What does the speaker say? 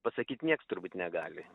pasakyt nieks turbūt negali